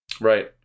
Right